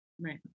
Right